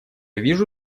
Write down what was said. вижу